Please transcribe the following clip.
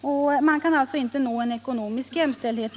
och det är alltså inte möjligt att den vägen nå ekonomisk jämställdhet.